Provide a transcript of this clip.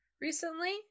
recently